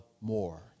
more